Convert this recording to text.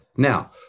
Now